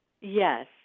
Yes